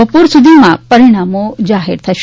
બપોર સુધીમાં પરિણામો જાહેર થશે